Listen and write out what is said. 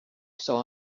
saw